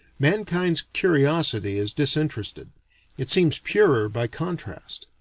mankind's curiosity is disinterested it seems purer by contrast.